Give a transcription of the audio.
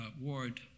Ward